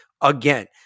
Again